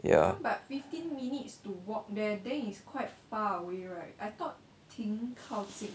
ya